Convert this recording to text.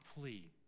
plea